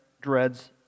dreads